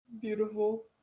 Beautiful